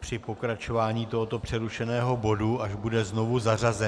při pokračování tohoto přerušeného bodu, až bude znovu zařazen.